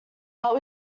but